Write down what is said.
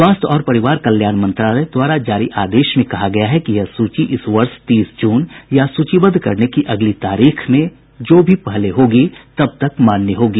स्वास्थ्य और परिवार कल्याण मंत्रालय द्वारा जारी आदेश में कहा गया है कि यह सूची इस वर्ष तीस जून या सूचीबद्ध करने की अगली तारीख में से जो भी पहले होगी तब तक मान्य होगी